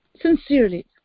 Sincerely